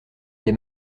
des